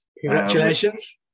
Congratulations